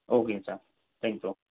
ஓகேங்க sir thank you